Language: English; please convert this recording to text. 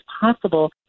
possible